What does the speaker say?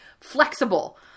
flexible